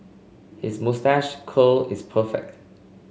his moustache curl is perfect